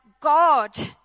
God